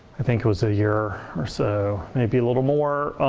i think it was a year or so, maybe a little more.